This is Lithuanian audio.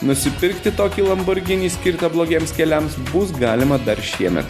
nusipirkti tokį lamborghini skirtą blogiems keliams bus galima dar šiemet